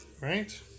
Right